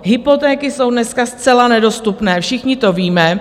Hypotéky jsou dneska zcela nedostupné, všichni to víme.